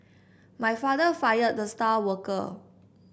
my father fired the star worker